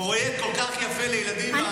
פרויקט כל כך יפה לילדים מהחברה האתיופית.